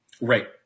Right